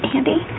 Andy